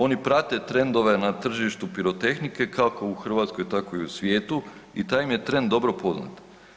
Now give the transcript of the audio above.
Oni prate trendove na tržištu pirotehnike, kako u Hrvatskoj tako i u svijetu i taj im je trend dobro poznat.